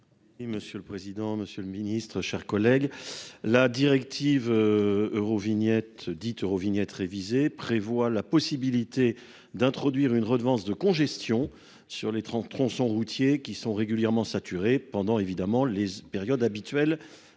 monsieur le président, Monsieur le Ministre, chers collègues, la directive. Eurovignette dites Eurovignette révisée prévoit la possibilité d'introduire une redevance de congestion. Sur les 30 tronçons routiers qui sont régulièrement saturés pendant évidemment les périodes habituelles